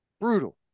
Brutal